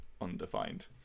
undefined